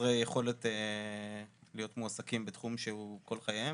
חסרי יכולת להיות מועסקים בתחום שהוא כל חייהם,